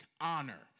honor